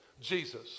Jesus